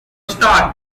start